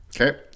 Okay